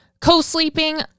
co-sleeping